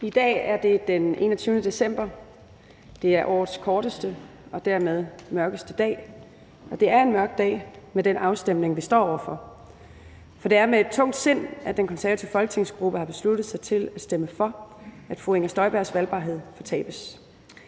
I dag er det den 21. december. Det er årets korteste og dermed mørkeste dag, og det er en mørk dag med den afstemning, vi står over for, for det er med et tungt sind, at den konservative folketingsgruppe har besluttet sig til at stemme for, at fru Inger Støjbergs valgbarhed fortabes.